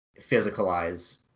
physicalize